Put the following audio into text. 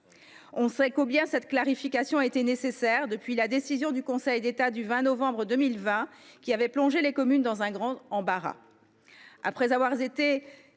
On sait combien cette clarification était nécessaire depuis l’arrêt du Conseil d’État du 20 novembre 2020, qui avait plongé les communes dans un grand embarras. Pour avoir été